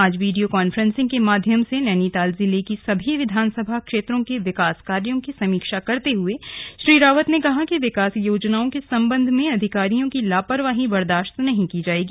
आज video conferencing के माध्यम से नैनीताल जिले की सभी विधानसभा क्षेत्रों के विकास कार्यो की समीक्षा करते हए श्री रावत ने कहा कि विकास योजनाओं के संबंध में अधिकारियों की लापरवाही बदार्श्त नहीं की जाएगी